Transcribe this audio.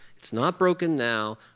it's not broken now.